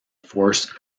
force